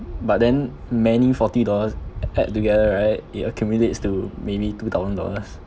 but then many forty dollars a~ add together right it accumulates to maybe two thousand dollars